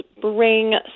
bring